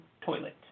toilet